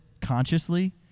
consciously